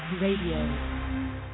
Radio